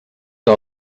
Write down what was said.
que